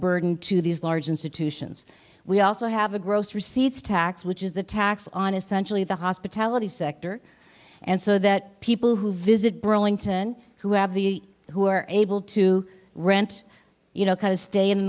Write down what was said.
burden to these large institutions we also have a gross receipts tax which is the tax on essentially the hospitality sector and so that people who visit burlington who have the who are able to rent you know kind of stay in